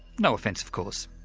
no offence of course.